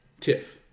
Tiff